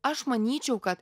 aš manyčiau kad